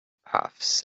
puffs